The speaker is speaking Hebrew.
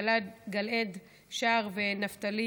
גיל-עד שער ונפתלי